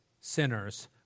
sinners